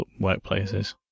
workplaces